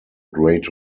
great